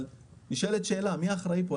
אבל נשאלת השאלה מי האחראי פה.